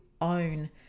own